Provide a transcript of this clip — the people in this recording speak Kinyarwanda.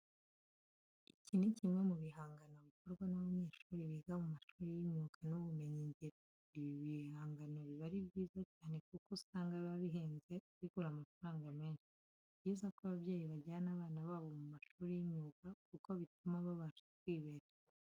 Iki ni kimwe mu bihangano bikorwa n'abanyeshuri biga mu mashuri y'imyuga n'ubumenyingiro. Ibi bigangano biba ari byiza cyane kuko usanga biba bihenze bigura amafaranga menshi. Ni byiza ko ababyeyi bajyana abana babo mu mashuri y'imyuga kuko bituma babasha kwibeshaho.